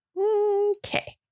Okay